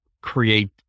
create